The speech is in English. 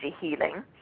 Healing